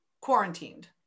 quarantined